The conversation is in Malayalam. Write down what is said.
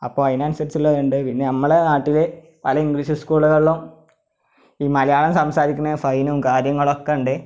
അപ്പോൾ അതിനനുസരിച്ചുള്ളതുണ്ട് പിന്നെ ഞമ്മളെ നാട്ടിൽ പല ഇംഗ്ലീഷ് സ്കൂളുകളിലും ഈ മലയാളം സംസാരിക്കുന്നതിന് ഫൈനും കാര്യങ്ങളൊക്കെ ഉണ്ട്